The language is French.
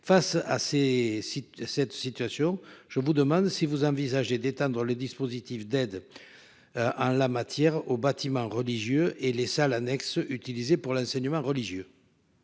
sites. Cette situation, je vous demande si vous envisagez d'éteindre le dispositif d'aide. En la matière aux bâtiments religieux et les salles annexes utilisé pour l'enseignement religieux.